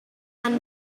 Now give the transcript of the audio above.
and